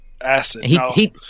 Acid